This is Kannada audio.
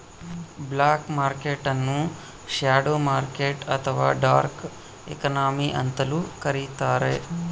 ಬ್ಲಾಕ್ ಮರ್ಕೆಟ್ ನ್ನು ಶ್ಯಾಡೋ ಮಾರ್ಕೆಟ್ ಅಥವಾ ಡಾರ್ಕ್ ಎಕಾನಮಿ ಅಂತಲೂ ಕರಿತಾರೆ